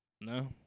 No